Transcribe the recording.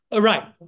Right